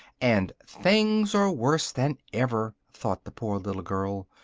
and things are worse than ever! thought the poor little girl,